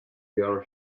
girl